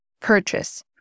purchase